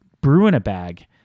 brew-in-a-bag